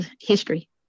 history